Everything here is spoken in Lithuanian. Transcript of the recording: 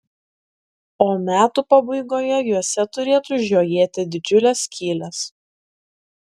o metų pabaigoje juose turėtų žiojėti didžiulės skylės